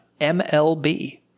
mlb